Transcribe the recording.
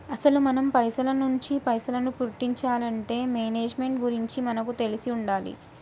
అసలు మనం పైసల నుంచి పైసలను పుట్టించాలంటే మేనేజ్మెంట్ గురించి మనకు తెలిసి ఉండాలి